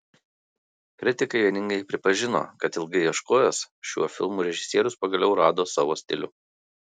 kritikai vieningai pripažino kad ilgai ieškojęs šiuo filmu režisierius pagaliau rado savo stilių